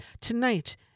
Tonight